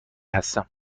هستم